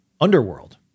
underworld